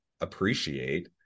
appreciate